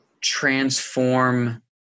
transform